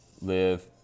live